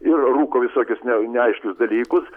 ir rūko visokius ne neaiškius dalykus